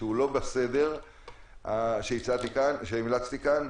שהוא לא לפי הסדר שהמלצתי כאן,